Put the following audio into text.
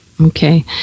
Okay